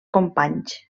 companys